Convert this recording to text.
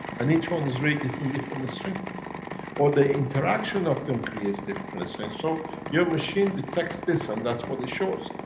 and each one is radiating different strengths, or the interaction of them creates different strengths. so your machine detects this, and that's what it shows.